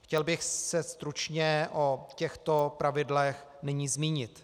Chtěl bych se stručně o těchto pravidlech nyní zmínit.